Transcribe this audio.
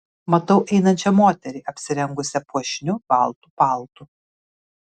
matau einančią moterį apsirengusią puošniu baltu paltu